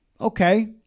Okay